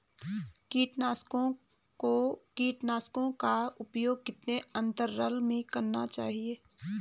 कीटनाशकों का प्रयोग कितने अंतराल में करना चाहिए?